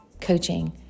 Coaching